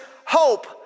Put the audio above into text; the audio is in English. hope